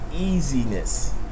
easiness